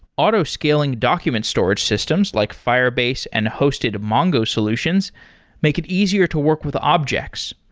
autoscaling documents storage systems, like firebase and hosted mongo solutions make it easier to work with objects.